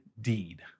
deed